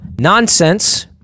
nonsense